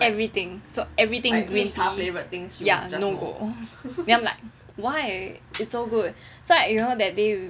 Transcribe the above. everything so so everything green tea ya no go then I am like why is so good you know like that that day we went